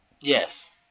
Yes